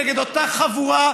נגד אותה חבורה,